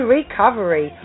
Recovery